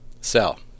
Sell